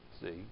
See